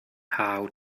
how